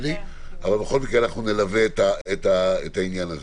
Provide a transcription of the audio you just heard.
אבל בכל אופן אנחנו נלווה את העניין הזה.